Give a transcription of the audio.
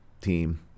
team